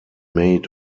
made